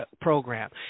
program